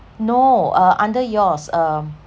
no uh under yours um